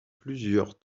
plusieurs